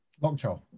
Lockjaw